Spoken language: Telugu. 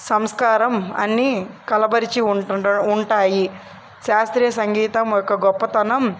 సంస్కారం అన్నీ కనబరిచి ఉంటుండ ఉంటాయి శాస్త్రీయ సంగీతం యొక్క గొప్పతనం